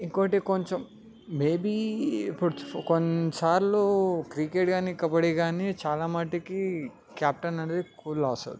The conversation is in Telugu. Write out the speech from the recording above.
ఇంకొకటి కొంచెం మేబీ ఇప్పుడు కొన్నిసార్లు క్రికెట్ కానీ కబడ్డీ కానీ చాలా మట్టికి కాప్టెన్ అనేది ఎక్కువ లాస్ అవుతారు